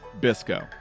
bisco